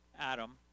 Adam